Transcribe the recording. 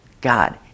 God